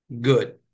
good